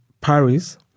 Paris